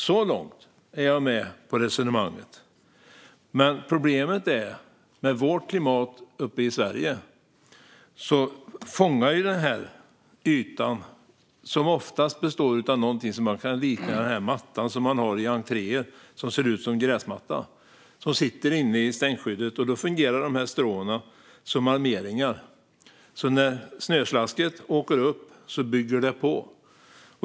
Så långt är jag med på resonemanget, men problemet är att i vårt klimat uppe i Sverige fångar den här ytan som sitter inne i stänkskyddet, och som oftast består av någonting som man kan likna vid mattan som man har i entréer och som ser ut som gräsmatta, på så vis att stråna fungerar som armering. När snöslasket åker upp där byggs det på.